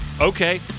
Okay